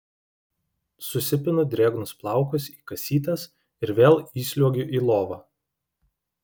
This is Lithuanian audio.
susipinu drėgnus plaukus į kasytes ir vėl įsliuogiu į lovą